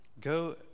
go